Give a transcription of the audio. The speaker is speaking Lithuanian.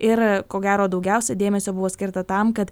ir ko gero daugiausiai dėmesio buvo skirta tam kad